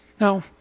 Now